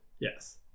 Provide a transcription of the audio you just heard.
Yes